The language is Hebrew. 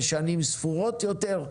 בשנים ספורות יותר,